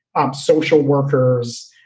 um social workers,